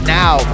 now